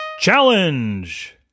challenge